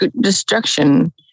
destruction